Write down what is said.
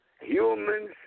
Humans